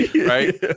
Right